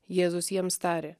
jėzus jiems tarė